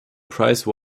price